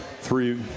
three